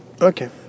Okay